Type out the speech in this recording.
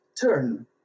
turn